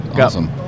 Awesome